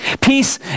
Peace